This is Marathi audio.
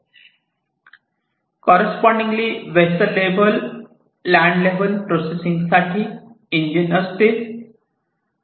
correspondingly vessel level land level processing साठी इंजिन असतील